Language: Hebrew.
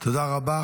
תודה רבה.